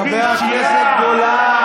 חבר הכנסת גולן.